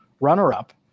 runner-up